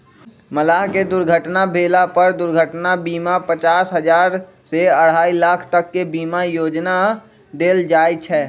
मलाह के दुर्घटना भेला पर दुर्घटना बीमा पचास हजार से अढ़ाई लाख तक के बीमा योजना देल जाय छै